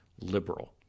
liberal